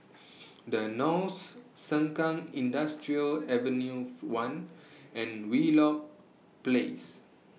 The Knolls Sengkang Industrial Avenue one and Wheelock Place